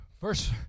Verse